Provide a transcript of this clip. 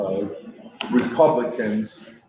Republicans